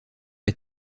est